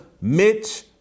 Mitch